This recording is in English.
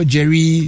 Jerry